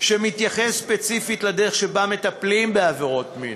שמתייחס ספציפית לדרך שבה מטפלים בעבירות מין.